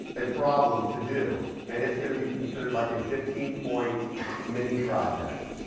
a problem to do and it's going to be considered, like, a fifteen point mini project,